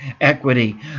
equity